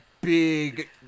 big